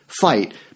fight